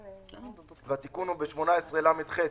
והתיקון הוא ב-18לח,